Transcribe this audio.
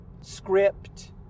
script